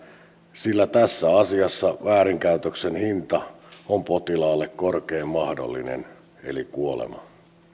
sillä tässä asiassa väärinkäytöksen hinta on potilaalle korkein mahdollinen eli kuolema